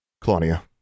Claudia